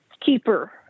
keeper